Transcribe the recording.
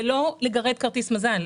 זה לא לגרד כרטיס מזל.